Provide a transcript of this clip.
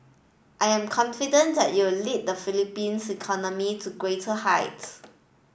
I am confident that you will lead the Philippines economy to greater heights